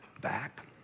Back